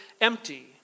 empty